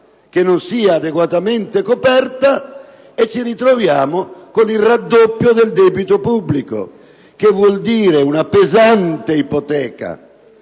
che non sia adeguatamente coperta, e noi ci ritroviamo con il raddoppio del debito pubblico; il che vuol dire una pesante ipoteca